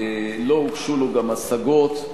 לא הוגשו לו גם השגות,